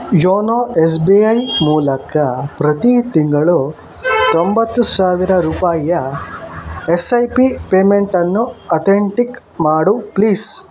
YONO S B I ಮೂಲಕ ಪ್ರತಿ ತಿಂಗಳು ತೊಂಬತ್ತು ಸಾವಿರ ರೂಪಾಯಿಯ ಎಸ್ ಐ ಪಿ ಪೇಮೆಂಟನ್ನು ಅಥೆಂಟಿಕ್ ಮಾಡು ಪ್ಲೀಸ್